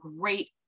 great